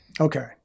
Okay